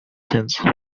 since